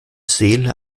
seele